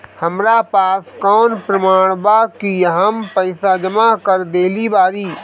हमरा पास कौन प्रमाण बा कि हम पईसा जमा कर देली बारी?